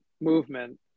movement